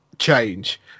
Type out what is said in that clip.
change